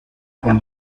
son